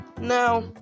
now